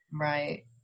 right